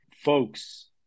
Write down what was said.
folks